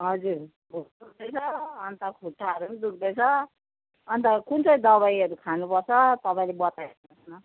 हजुर दुख्दैछ अन्त खुट्टाहरू दुख्दैछ अन्त कुन चाहिँ दबाईहरू खानुपर्छ तपाईँले बताइदिनु होस् न